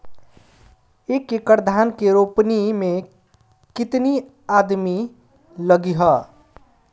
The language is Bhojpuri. एक एकड़ धान के रोपनी मै कितनी आदमी लगीह?